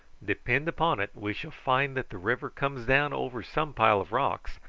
depend upon it we shall find that the river comes down over some pile of rocks,